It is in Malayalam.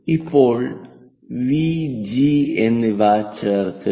ഇപ്പോൾ വി ജി V G എന്നിവ ചേർക്കുക